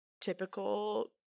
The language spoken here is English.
typical